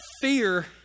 fear